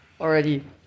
already